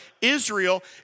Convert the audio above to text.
Israel